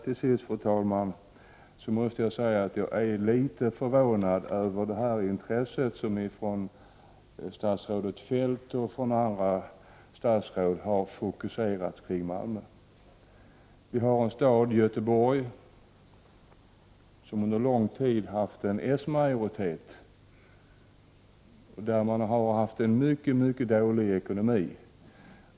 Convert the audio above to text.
Till sist, fru talman, måste jag säga att jag är litet förvånad över det intresse som statsrådet Feldt och andra statsråd har fokuserat på Malmö. Staden Göteborg har under lång tid haft en s-majoritet. Där har man haft en mycket dålig ekonomi.